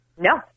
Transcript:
No